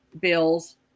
bills